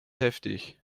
heftig